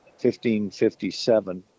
1557